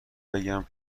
بگم